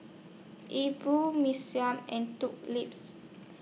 E Bua Mee Siam and Lips